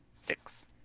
Six